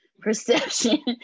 perception